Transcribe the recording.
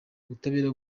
ubutabera